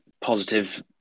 Positive